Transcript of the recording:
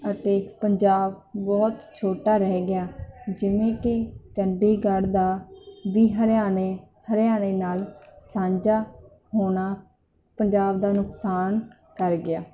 ਅਤੇ ਪੰਜਾਬ ਬਹੁਤ ਛੋਟਾ ਰਹਿ ਗਿਆ ਜਿਵੇਂ ਕਿ ਚੰਡੀਗੜ੍ਹ ਦਾ ਵੀ ਹਰਿਆਣੇ ਹਰਿਆਣੇ ਨਾਲ ਸਾਂਝਾ ਹੋਣਾ ਪੰਜਾਬ ਦਾ ਨੁਕਸਾਨ ਕਰ ਗਿਆ